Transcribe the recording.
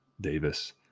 davis